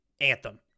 Anthem